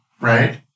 Right